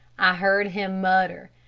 i heard him mutter,